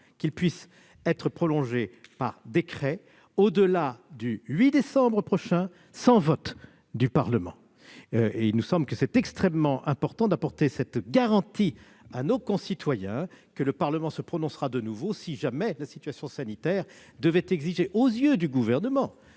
puisse être prolongé par décret au-delà du 8 décembre prochain sans vote du Parlement. Il nous semble extrêmement important d'apporter cette garantie à nos concitoyens : le Parlement se prononcera de nouveau si jamais la situation sanitaire devait exiger, aux yeux du Gouvernement,